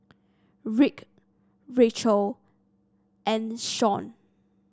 Rick Racheal and Sean